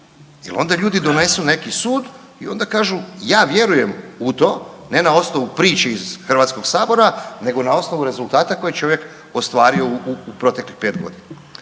jel onda ljudi donesu neki sud i onda kažu ja vjerujem u to ne na osnovu priče iz HS nego na osnovu rezultata koje je čovjek ostvario u proteklih 5.g.